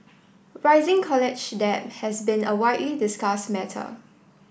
rising college debt has been a widely discussed matter